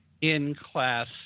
in-class